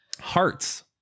Hearts